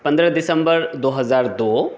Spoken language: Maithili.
पन्द्रह दिसम्बर दू हजार दू